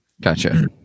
Gotcha